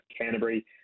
Canterbury